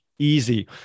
easy